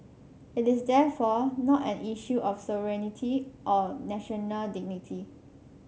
this is therefore not an issue of sovereignty or national dignity